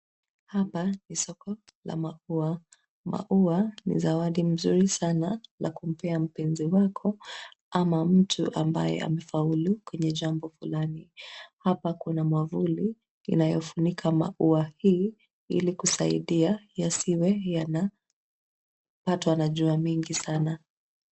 Hapa ni soko la maua. Maua ni zawadi mzuri sana la kumpea mpenzi wako ama mtu ambaye amefaulu kwenye jambo fulani. Hapa kuna mwavuli inayofunika maua hii ili kusaidia yasiwe yanapatwa na jua mingi sana.